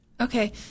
Okay